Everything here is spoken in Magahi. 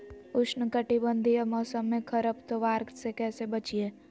उष्णकटिबंधीय मौसम में खरपतवार से कैसे बचिये?